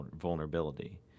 vulnerability